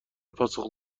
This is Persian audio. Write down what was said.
پاسخ